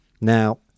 Now